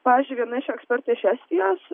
pavyzdžiui viena iš ekspertų iš estijos